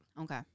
Okay